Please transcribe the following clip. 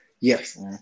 Yes